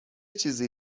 چیزی